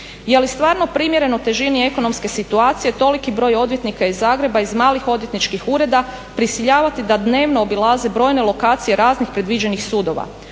je li stvarno primjereno težini ekonomske situacije toliki broj odvjetnika iz Zagreba, iz malih odvjetničkih ureda prisiljavati da dnevno obilaze brojne lokacije raznih predviđenih sudova.